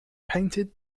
painted